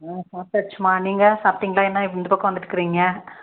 ம் சாப்பிட்டாச்சுமா நீங்க சாப்பிட்டீங்களா என்ன இந்த பக்கம் வந்திருக்குறீங்க